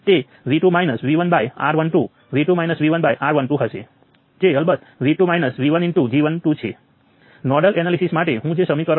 અહીં સૌથી પહેલી એન્ટ્રી જે નોડ 1 ઉપર કન્ડકટન્સનો સરવાળો છે જે 1 મિલિસિમેન વત્તા અડધો મિલિસિમેન છે જે 1